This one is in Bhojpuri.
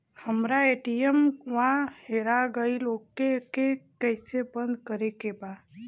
हमरा ए.टी.एम वा हेरा गइल ओ के के कैसे बंद करे के बा?